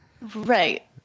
right